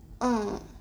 orh